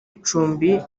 icumbi